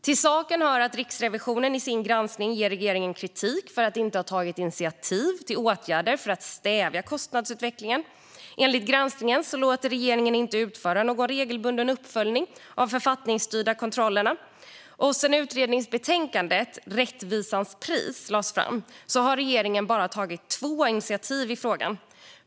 Till saken hör att Riksrevisionen i sin granskning ger regeringen kritik för att inte ha tagit initiativ till åtgärder för att stävja kostnadsutvecklingen. Enligt granskningen låter regeringen inte utföra någon regelbunden uppföljning av de författningsstyrda kontrollerna. Sedan utredningsbetänkandet Rättvisans pris lades fram har regeringen bara tagit två initiativ i frågan.